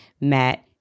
Matt